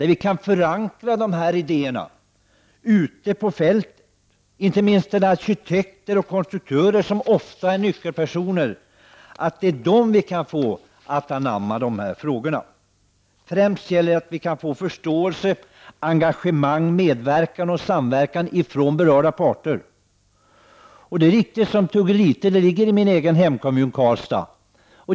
Det är betydligt bättre att förankra de här idéerna ute på fältet, inte minst bland arkitekter och konstruktörer, som ofta är nyckelpersoner när det gäller de ekologiska frågorna. Främst gäller det att vi kan få förståelse, engagemang, medverkan och samverkan från berörda parter. Tuggelite ligger i min egen hemkommun Karlstad.